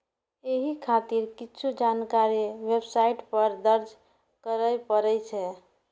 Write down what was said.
एहि खातिर किछु जानकारी वेबसाइट पर दर्ज करय पड़ै छै